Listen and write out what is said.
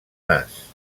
nas